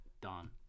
done